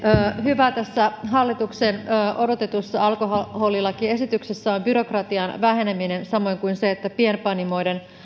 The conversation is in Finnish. hyvää tässä hallituksen odotetussa alkoholilakiesityksessä on byrokratian väheneminen samoin kuin se että pienpanimoiden